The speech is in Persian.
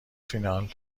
فینال